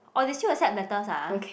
orh they still accept letters ah